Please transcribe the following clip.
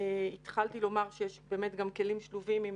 (הצגת מצגת) התחלתי לומר שיש כלים שלובים עם